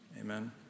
Amen